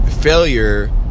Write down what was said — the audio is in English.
failure